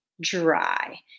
dry